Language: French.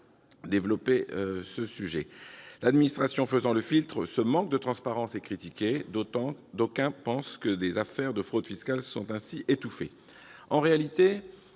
droit commun. L'administration opérant un filtre, ce manque de transparence est critiqué. D'aucuns pensent que des affaires de fraude fiscale sont ainsi étouffées. En réalité,